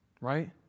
right